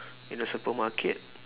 in the supermarket